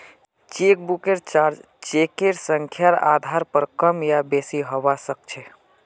चेकबुकेर चार्ज चेकेर संख्यार आधार पर कम या बेसि हवा सक्छे